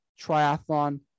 triathlon